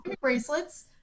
bracelets